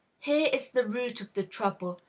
here is the root of the trouble,